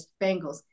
Bengals